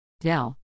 Dell